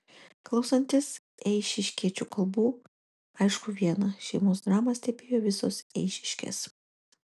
klausantis eišiškiečių kalbų aišku viena šeimos dramą stebėjo visos eišiškės